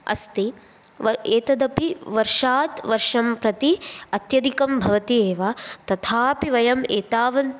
अस्ति व एतदपि वर्षात् वर्षं प्रति अत्यधिकं भवति एव तथापि वयम् एतावद्